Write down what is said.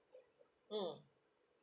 mm